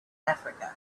africa